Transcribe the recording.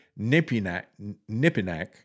Nipinak